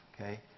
okay